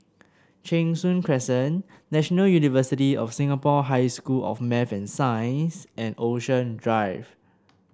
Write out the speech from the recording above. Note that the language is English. Cheng Soon Crescent National University of Singapore High School of Math and Science and Ocean Drive